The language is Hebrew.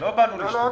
נכון.